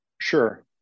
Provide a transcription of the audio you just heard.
Sure